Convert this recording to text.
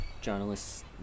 journalists